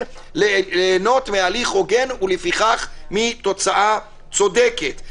ליהנות מהליך הוגן ולפיכך מתוצאה צודקת.